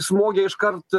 smogė iškart